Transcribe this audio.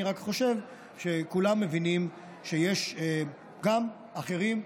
אני רק חושב שכולם מבינים שיש גם אחרים,